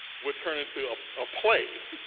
would turn into a play